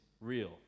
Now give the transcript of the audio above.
real